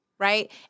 Right